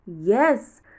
yes